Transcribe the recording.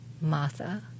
Martha